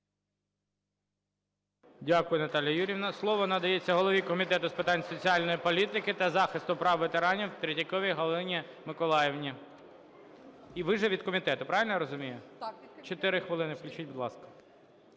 Дякую, Наталія Юріївна. Слово надається голові Комітету з питань соціальної політики та захисту прав ветеранів Третьяковій Галині Миколаївні. І ви ж і від комітету, правильно я розумію? 4 хвилини, включіть, будь ласка.